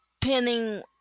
pinning